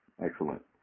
excellent